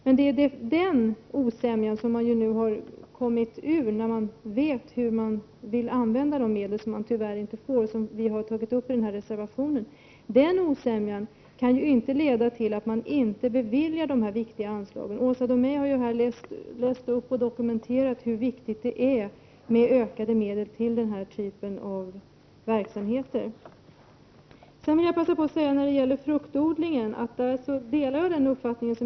Men den omsämjan har man kommit ifrån. Nu vet man ju hur man vill använda medlen, som man tyvärr inte får. Detta har vi tagit uppi en reservation. Den här osämjan kan dock inte leda till att man inte säger ja till dessa viktiga anslag. Åsa Domeij har här läst innantill och därmed dokumenterat hur viktigt det är att mera medel anslås till den här typen av verksamheter. När det gäller fruktodlingen delar jag Ingvar Erikssons uppfattning.